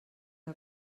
que